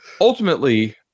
ultimately